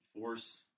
force